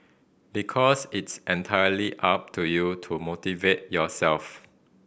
because it's entirely up to you to motivate yourself